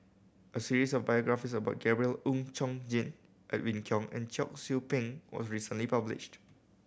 a series of biographies about Gabriel Oon Chong Jin Edwin Koek and Cheong Soo Pieng was recently published